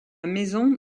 maison